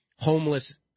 homeless